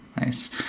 Nice